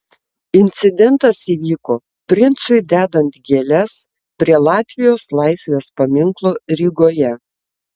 incidentas įvyko princui dedant gėles prie latvijos laisvės paminklo rygoje